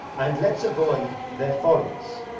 and let's avoid their follies.